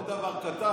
עוד דבר קטן.